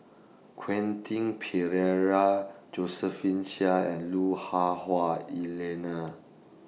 Quentin Pereira Josephine Chia and Lu Hah Wah Elena